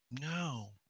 No